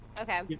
Okay